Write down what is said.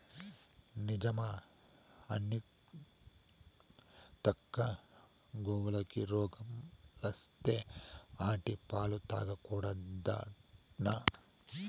నిజమా అనితక్కా, గోవులకి రోగాలత్తే ఆటి పాలు తాగకూడదట్నా